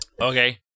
Okay